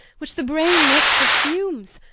which the brain makes of fumes.